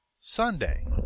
Sunday